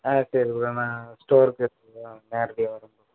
ஆ சரி ப்ரோ நான் ஸ்டோருக்கு நேரடியாக வர்றேன் ப்ரோ